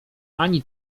ani